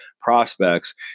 prospects